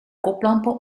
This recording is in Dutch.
koplampen